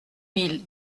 mille